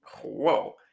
whoa